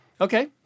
Okay